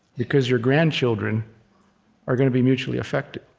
because your grandchildren are gonna be mutually affected.